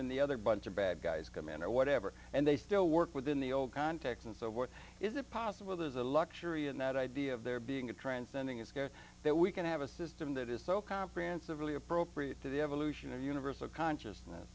then the other bunch of bad guys come in or whatever and they still work within the old contacts and so what is it possible there's a luxury in that idea of there being a transcending is good that we can have a system that is so comprehensively appropriate to the evolution of universal consciousness